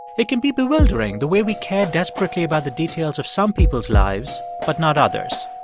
it can be bewildering the way we care desperately about the details of some people's lives but not others.